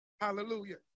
Hallelujah